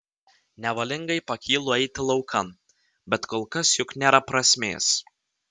nevalingai pakylu eiti laukan bet kol kas juk nėra prasmės